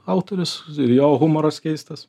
autorius ir jo humoras keistas